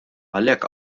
għalhekk